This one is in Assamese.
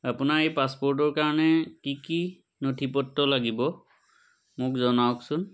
আপোনাৰ এই পাছপৰ্টৰ কাৰণে কি কি নথি পত্ৰ লাগিব মোক জনাওকচোন